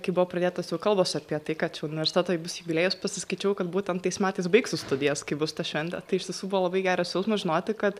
kai buvo pradėtos jau kalbos apie tai kad čia universiteto bus jubiliejus pasiskaičiavau kad būtent tais metais baigsiu studijas kai bus ta šventė tai iš tiesų buvo labai geras jausmas žinoti kad